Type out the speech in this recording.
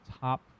top